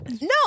No